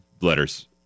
letters